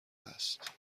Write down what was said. هست